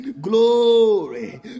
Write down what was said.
glory